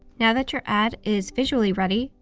now that your ad is visually ready,